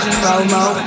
promo